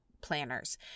planners